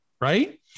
right